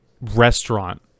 restaurant